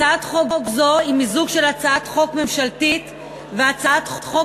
הצעת חוק זו היא מיזוג של הצעת חוק ממשלתית והצעת חוק